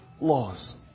laws